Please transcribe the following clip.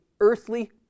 earthly